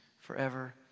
forever